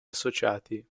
associati